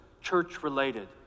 church-related